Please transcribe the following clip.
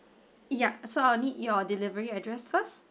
ya so I'll need your delivery address first